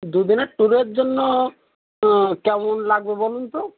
দু দিনের ট্যুরের জন্য কেমন লাগবে বলুন তো